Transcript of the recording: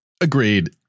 Agreed